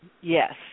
Yes